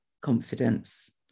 confidence